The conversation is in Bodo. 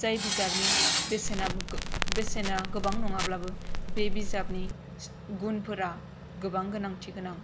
जाय बिजाबनि बेसेनआ गोबां नङाब्लाबो बे बिजाबनि गुनफोरा गोबां गोनांथि गोनां